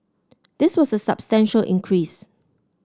this was a substantial increase